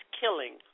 killing